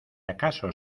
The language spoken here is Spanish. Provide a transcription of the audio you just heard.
acaso